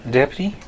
Deputy